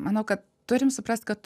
manau kad turim suprast kad